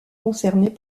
concernées